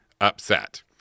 upset